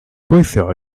gweithio